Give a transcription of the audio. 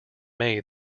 may